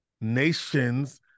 nations